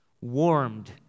warmed